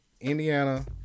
Indiana